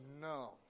no